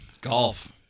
Golf